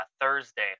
Thursday